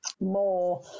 more